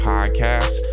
Podcast